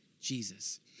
Jesus